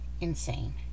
insane